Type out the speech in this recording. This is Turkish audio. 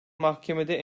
mahkemede